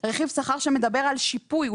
זה רכיב שכר שמדבר על שיפוי.